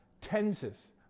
tenses